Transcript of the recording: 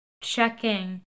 checking